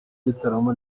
gitarama